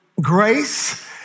grace